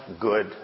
good